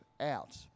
out